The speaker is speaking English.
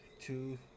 two